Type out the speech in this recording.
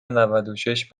نودوشش